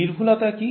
সূক্ষ্মতা কি